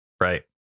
right